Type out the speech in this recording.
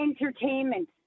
entertainment